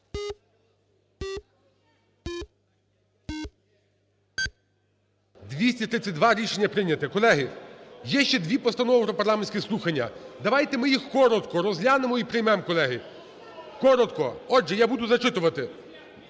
За-232 Рішення прийнято. Колеги, є ще дві постанови про парламентські слухання. Давайте ми їх коротко розглянемо і приймемо колеги. Коротко. Отже, я буду зачитувати.